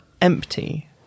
empty